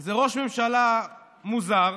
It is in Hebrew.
זה ראש ממשלה מוזר,